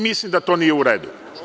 Mislim da to nije u redu.